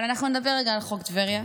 אבל אנחנו נדבר רגע על חוק טבריה,